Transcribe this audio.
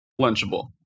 lunchable